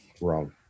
Wrong